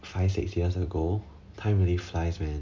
five six years ago time really flies man